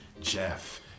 Jeff